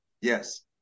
Yes